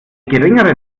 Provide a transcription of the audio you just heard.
geringere